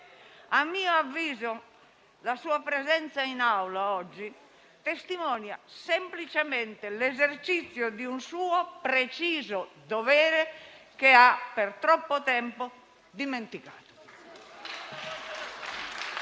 a mio avviso la sua presenza in Aula, oggi, testimonia semplicemente l'esercizio di un suo preciso dovere, che ha per troppo tempo dimenticato.